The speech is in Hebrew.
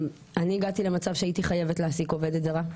אני הגעתי למצב שהייתי חייבת להעסיק עובדת זרה,